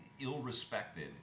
ill-respected